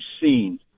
seen